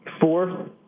four